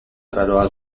arraroa